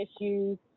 issues